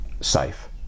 safe